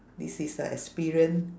this is the experience